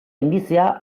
indizea